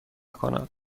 کند